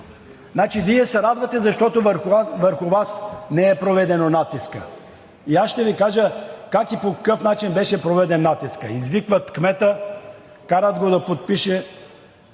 Значи, Вие се радвате, защото върху Вас не е проведен натискът и аз ще Ви кажа как и по какъв начин беше проведен натискът. Извикват кмета, карат го да подпише